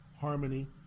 harmony